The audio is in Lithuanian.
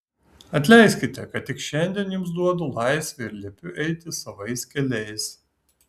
atleiskite kad tik šiandien jums duodu laisvę ir liepiu eiti savais keliais